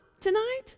tonight